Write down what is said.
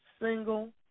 single